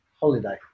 holiday